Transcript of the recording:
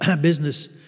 business